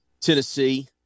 Tennessee